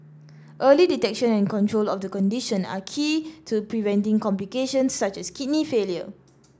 early detection and control of the condition are key to preventing complications such as kidney failure